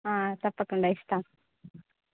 ఆ తప్పకుండా ఇస్తాం